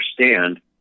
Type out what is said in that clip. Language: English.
understand